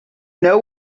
know